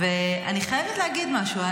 ואני חייבת להגיד משהו.